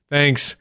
Thanks